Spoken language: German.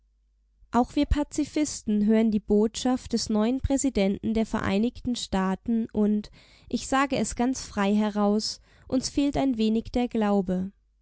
auch wir pazifisten hören die botschaft des neuen präsidenten der vereinigten staaten und ich sage es ganz frei heraus uns fehlt ein wenig der glaube